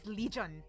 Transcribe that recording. legion